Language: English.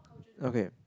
okay